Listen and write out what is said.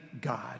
God